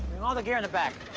all the gear in the back.